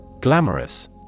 Glamorous